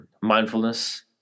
Mindfulness